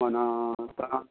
मना तव्हां